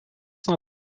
nuo